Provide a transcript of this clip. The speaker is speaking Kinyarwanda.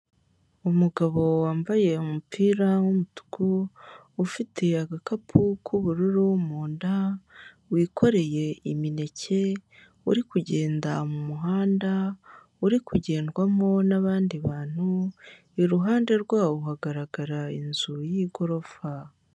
Umugabo wambaye umupira w'umutuku ufite agakapu k'ubururu mu nda, wikoreye imineke, uri kugenda mu muhanda uri kugendwamo n'abandi bantu, iruhande rwawo hagaragara inzu y'igorofa.